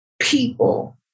people